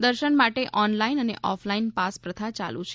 દર્શન માટે ઓનલાઇન અને ઓફલાઇન પાસ પ્રથા ચાલુ છે